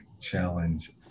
Challenge